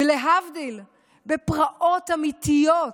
ולהבדיל, בפרעות אמיתיות,